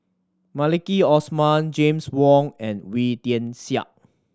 Maliki Osman James Wong and Wee Tian Siak